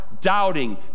doubting